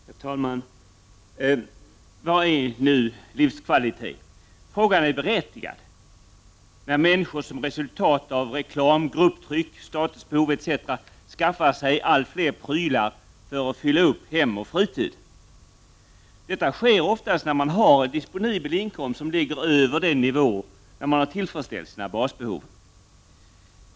Herr talman! Vad är nu livskvalitet? Frågan är berättigad när människor som resultat av reklam, grupptryck, statusbehov etc. skaffar sig allt fler prylar för att fylla upp hem och fritid. Detta sker oftast när man har en disponibel inkomst som ligger över den nivå där man tillfredsställt sina basbehov.